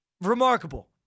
remarkable